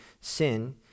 sin